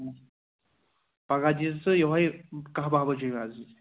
پگاہ دیٖز ژٕ یہَے کاہ باہ بَجے ہیٛوٗ حظ